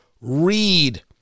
read